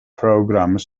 programme